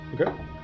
Okay